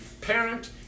parent